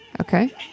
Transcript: Okay